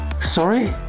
Sorry